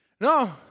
No